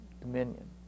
dominion